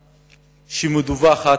שמדווחת,